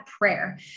prayer